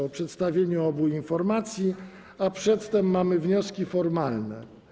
o przedstawienie obu informacji, ale przedtem będą wnioski formalne.